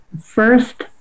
first